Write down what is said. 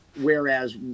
whereas